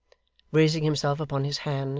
raising himself upon his hands,